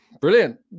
Brilliant